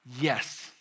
Yes